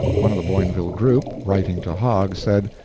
one of the boinville group, writing to hogg, said,